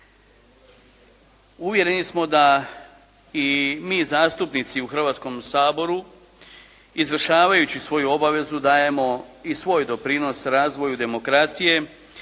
Uvjereni smo da i mi zastupnici u Hrvatskom saboru izvršavajući svoju obavezu dajemo i svoj doprinos razvoju demokracije